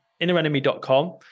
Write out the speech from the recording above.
innerenemy.com